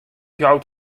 jout